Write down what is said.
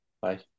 Bye